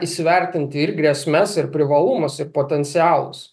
įsivertinti ir grėsmes ir privalumus ir potencialus